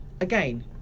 Again